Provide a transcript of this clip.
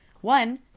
one